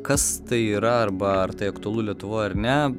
kas tai yra arba ar tai aktualu lietuvoj ar ne